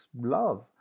love